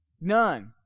None